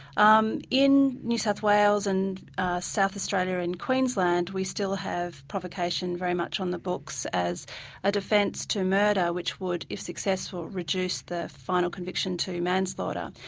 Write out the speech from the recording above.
um in new south wales and south australia and queensland we still have provocation very much on the books as a defence to murder which would, if successful reduce the final conviction to manslaughter.